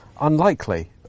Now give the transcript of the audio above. unlikely